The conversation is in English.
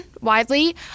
widely